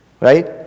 Right